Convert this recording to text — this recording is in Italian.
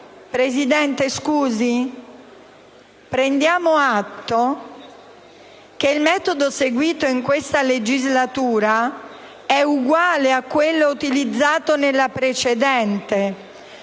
Presidente, che il metodo seguito in questa legislatura è uguale a quello utilizzato nella precedente.